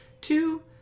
Two